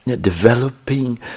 developing